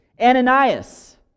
Ananias